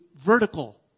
vertical